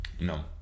No